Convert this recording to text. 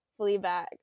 Fleabag